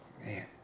Man